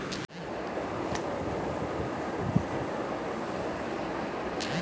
bond মানে যাদের ঋণ আছে তাদের জন্য সিকুইরিটি বা নিরাপত্তার কাগজপত্র